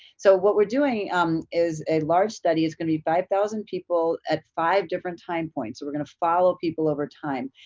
so what we're doing um is a large study. it's gonna be five thousand people at five different time points. so we're gonna follow people over time,